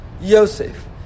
Yosef